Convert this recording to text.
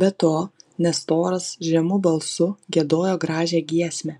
be to nestoras žemu balsu giedojo gražią giesmę